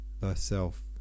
Thyself